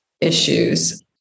issues